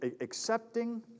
accepting